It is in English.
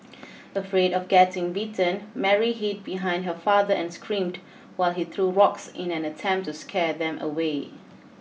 afraid of getting bitten Mary hid behind her father and screamed while he threw rocks in an attempt to scare them away